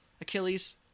Achilles